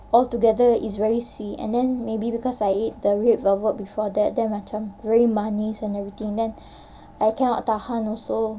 altogether it's very sweet and then maybe because I ate the red velvet before that then macam very manis and everything then I cannot tahan also